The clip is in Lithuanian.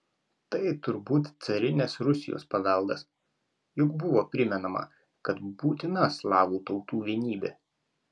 tai turbūt carinės rusijos paveldas juk buvo primenama kad būtina slavų tautų vienybė